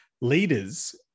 leaders